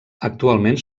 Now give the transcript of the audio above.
actualment